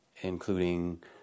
including